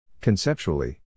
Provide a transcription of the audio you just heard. Conceptually